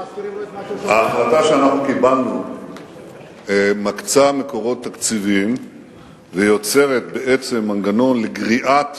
ההחלטה שאנחנו קיבלנו מקצה מקורות תקציביים ויוצרת בעצם מנגנון לגריעת